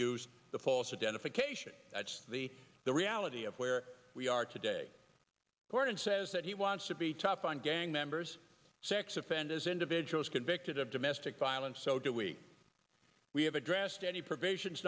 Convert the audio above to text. use the false identification that's the the reality of where we are today gordon says that he wants to be tough on gang members sex offenders individuals convicted of domestic violence so do we we have addressed any pro